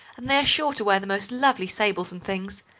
and they are sure to wear the most lovely sables and things.